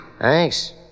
Thanks